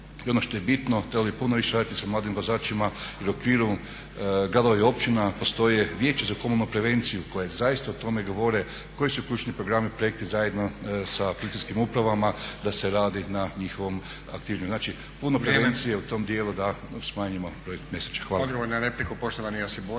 ono što je bitno trebalo bi puno više raditi sa mladim vozačima jer u okviru gradova i općina postoje Vijeće za komunalnu prevenciju koje zaista o tome govore koji su ključni programi, projekti zajedno sa policijskim upravama da se radi na njihovom aktiviranju. …/Upadica Stazić: Vrijeme./… Znači puno prevencije je u tome dijelu da smanjimo broj nesreća. Hvala.